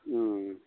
ꯎꯝ